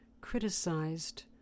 criticized